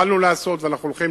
התחלנו לעשות ונעשה,